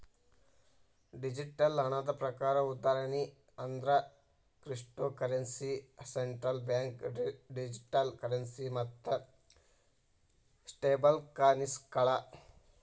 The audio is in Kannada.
ಡಿಜಿಟಲ್ ಹಣದ ಪ್ರಕಾರ ಉದಾಹರಣಿ ಅಂದ್ರ cryptocurrency, central bank digital currency ಮತ್ತ ಸ್ಟೇಬಲ್ಕಾಯಿನ್ಗಳ